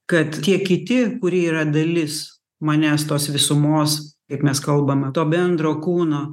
kad tie kiti kurie yra dalis manęs tos visumos ir mes kalbame to bendro kūno